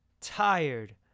Tired